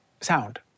sound